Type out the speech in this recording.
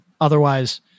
Otherwise